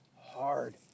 hard